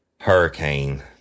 Hurricane